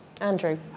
Andrew